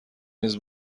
نیز